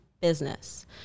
business